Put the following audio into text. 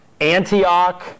Antioch